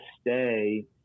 stay